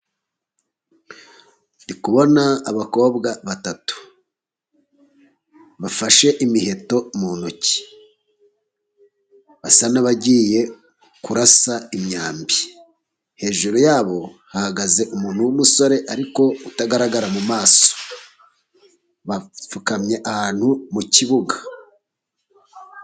Ndi kubona abakobwa batatu. Bafashe imiheto mu ntoki basa n'abagiye kurasa imyambi. Hejuru yabo hahagaze umuntu w'umusore ariko utagaragara mu maso, bapfukamye ahantu mu kibuga.